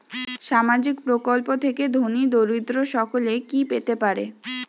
সামাজিক প্রকল্প থেকে ধনী দরিদ্র সকলে কি পেতে পারে?